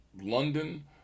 London